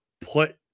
put